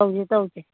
ꯇꯧꯁꯤ ꯇꯧꯁꯤ